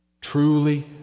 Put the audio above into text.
Truly